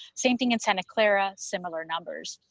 same thing in santa clara, similar numbers.